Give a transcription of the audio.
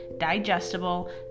digestible